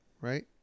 Right